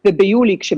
ביולי,